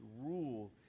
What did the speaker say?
rule